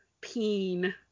peen